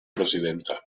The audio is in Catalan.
presidenta